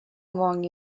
among